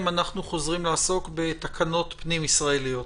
אנחנו חוזרים לעסוק בתקנות פנים ישראליות?